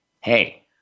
Hey